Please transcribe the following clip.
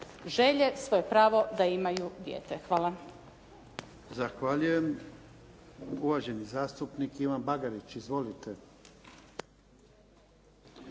želje, svoje pravo da imaju dijete. Hvala.